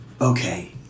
Okay